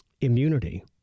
immunity